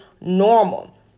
normal